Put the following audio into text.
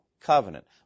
covenant